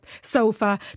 sofa